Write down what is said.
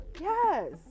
yes